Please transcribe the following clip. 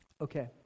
Okay